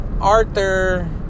Arthur